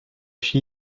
she